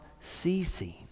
ceasing